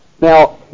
Now